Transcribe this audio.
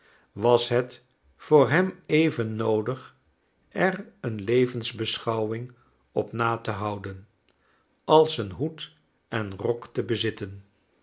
was het voor hem even noodig er een levensbeschouwing op na te houden als een hoed en rok te bezitten